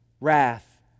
wrath